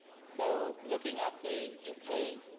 so looking at the u k,